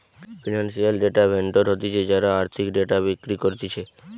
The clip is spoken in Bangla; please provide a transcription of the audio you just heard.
ফিনান্সিয়াল ডেটা ভেন্ডর হতিছে যারা আর্থিক ডেটা বিক্রি করতিছে